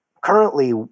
currently